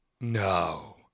No